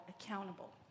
accountable